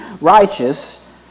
righteous